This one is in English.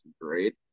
great